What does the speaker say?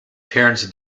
parents